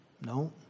No